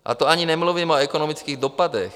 A to ani nemluvím o ekonomických dopadech.